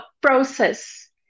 process